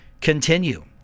continue